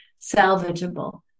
salvageable